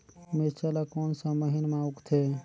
मिरचा ला कोन सा महीन मां उगथे?